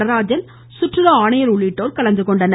நடராஜன் சுற்றுலா ஆணையர் உள்ளிட்டோர் கலந்துகொண்டனர்